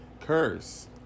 curse